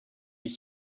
ich